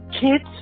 Kids